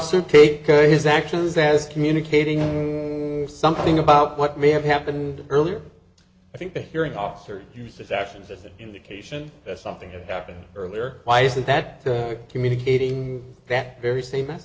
yasuko his actions as communicating something about what may have happened earlier i think the hearing officer used his actions as an indication that something had happened earlier why is it that communicating that very same